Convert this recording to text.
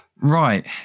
Right